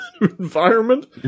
environment